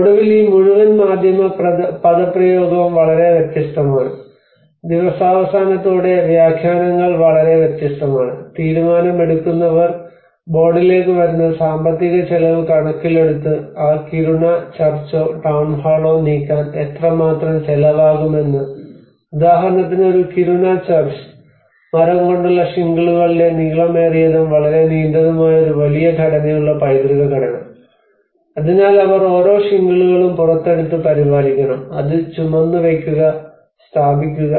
ഒടുവിൽ ഈ മുഴുവൻ മാധ്യമ പദപ്രയോഗവും വളരെ വ്യത്യസ്തമാണ് ദിവസാവസാനത്തോടെ വ്യാഖ്യാനങ്ങൾ വളരെ വ്യത്യസ്തമാണ് തീരുമാനമെടുക്കുന്നവർ ബോർഡിലേക്ക് വരുന്നത് സാമ്പത്തിക ചെലവ് കണക്കിലെടുത്ത് ആ കിരുണ ചർച്ചോ ടൌൺഹാളോ നീക്കാൻ എത്രമാത്രം ചെലവാകുമെന്ന് ഉദാഹരണത്തിന് ഒരു കിരുണ ചർച്ച് മരംകൊണ്ടുള്ള ഷിംഗിളുകളുടെ നീളമേറിയതും വളരെ നീണ്ടതുമായ ഒരു വലിയ ഘടനയുള്ള പൈതൃക ഘടന അതിനാൽ അവർ ഓരോ ഷിംഗിളുകളു പുറത്തെടുത്ത് പരിപാലിക്കണം അത് ചുമന്ന് വയ്ക്കുക സ്ഥാപിക്കുക